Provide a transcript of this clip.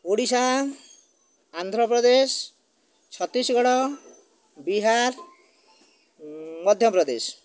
Odisha Andhra Pradesh Chhattisgarh Bihar Madhya Pradesh